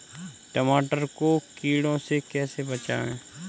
टमाटर को कीड़ों से कैसे बचाएँ?